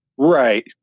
Right